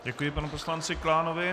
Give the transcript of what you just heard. Děkuji panu poslanci Klánovi.